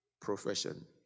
profession